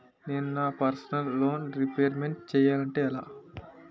నేను నా personal loan repayment చేయాలంటే ఎలా?